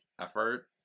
effort